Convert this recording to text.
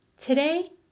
Today